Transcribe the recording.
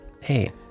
Hey